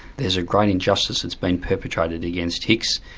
there's a great injustice that's been perpetrated against hicks,